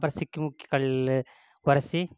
அப்புறம் சிக்கிமுக்கி கல் உரசி